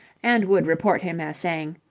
and would report him as saying,